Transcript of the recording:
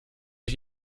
ich